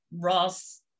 Ross